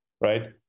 right